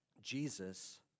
Jesus